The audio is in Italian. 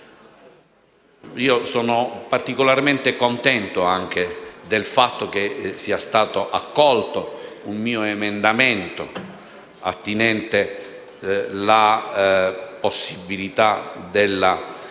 sono particolarmente contento del fatto che sia stato accolto un mio emendamento attinente alla possibilità della